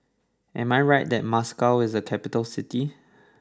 am I right that Moscow is a capital city